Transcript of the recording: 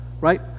right